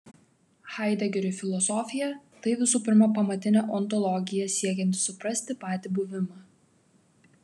haidegeriui filosofija tai visų pirma pamatinė ontologija siekianti suprasti patį buvimą